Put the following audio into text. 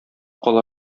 кала